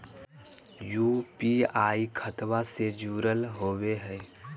UPI खतबा से जुरल होवे हय?